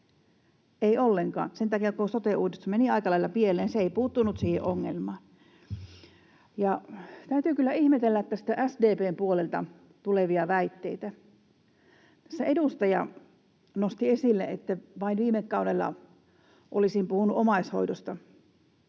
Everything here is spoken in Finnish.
ei ollenkaan. Sen takia, kun sote-uudistus meni aika lailla pieleen, se ei puuttunut siihen ongelmaan. Täytyy kyllä ihmetellä tästä SDP:n puolelta tulevia väitteitä. Tässä edustaja nosti esille, että vain viime kaudella olisin puhunut omaishoidosta.